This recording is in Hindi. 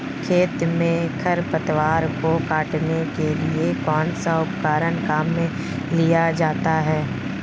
खेत में खरपतवार को काटने के लिए कौनसा उपकरण काम में लिया जाता है?